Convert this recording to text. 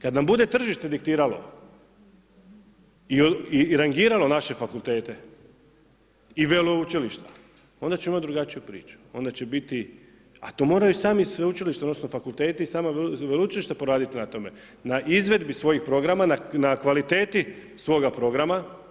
Kada nam bude tržište diktiralo i rangiralo naše fakultete i veleučilišta onda ćemo imati drugačiju priču, onda će biti, a to moraju sama sveučilišta, odnosno fakulteti i sama veleučilišta poraditi na tome, na izvedbi svojih programa, na kvaliteti svoga programa.